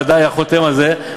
ודאי היה חותם על זה,